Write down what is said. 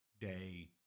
day